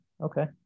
okay